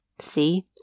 see